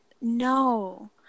no